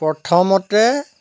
প্ৰথমতে